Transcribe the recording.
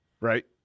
right